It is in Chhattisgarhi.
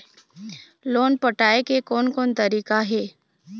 लोन पटाए के कोन कोन तरीका हे?